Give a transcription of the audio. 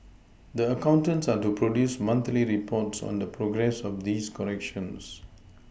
the accountants are to produce monthly reports on the progress of these corrections